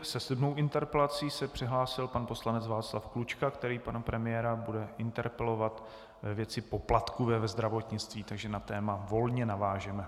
Se sedmou interpelací se přihlásil pan poslanec Václav Klučka, který pana premiéra bude interpelovat ve věci poplatků ve zdravotnictví, takže na téma volně navážeme.